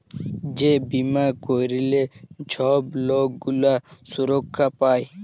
যে বীমা ক্যইরলে ছব লক গুলা সুরক্ষা পায়